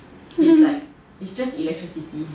it's like it's just electricity